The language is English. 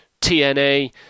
TNA